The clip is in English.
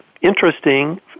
interesting